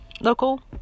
local